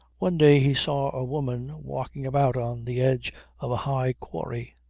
one day he saw a woman walking about on the edge of a high quarry,